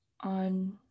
on